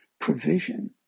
provision